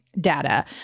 data